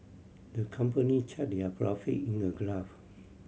the company charted their profit in a graph